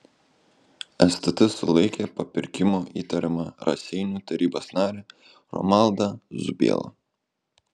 stt sulaikė papirkimu įtariamą raseinių tarybos narį romaldą zubielą